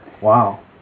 Wow